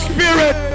Spirit